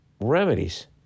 remedies